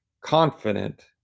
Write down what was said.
confident